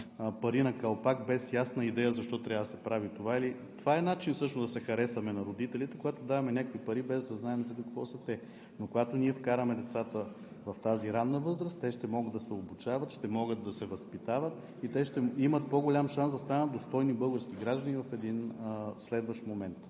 пари на калпак, без ясна идея защо трябва да се прави това. Това е начин всъщност да се харесаме на родителите, когато даваме някакви пари, без да знаем за какво са те, но когато ние вкараме децата в тази ранна възраст, те ще могат да се обучават, ще могат да се възпитават и те ще имат по-голям шанс да станат достойни български граждани в един следващ момент,